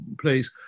place